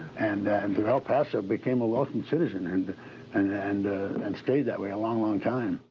and then, el paso became a welcomed citizen and and and and stayed that way a long, long time.